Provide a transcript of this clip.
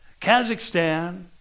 Kazakhstan